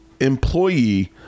employee